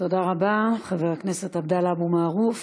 תודה רבה, חבר הכנסת עבדאללה אבו מערוף.